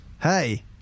Hey